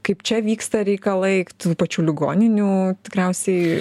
kaip čia vyksta reikalai tų pačių ligoninių tikriausiai